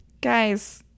guys